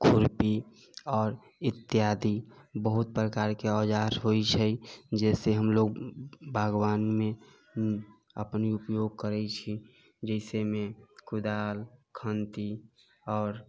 खुरपी आओर इत्यादि बहुत प्रकारके औजार होइ छै जेहिसँ हम लोग बागवानीमे अपने उपयोग करै छी जइसेमे कुदाल खन्ति आओर